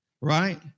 right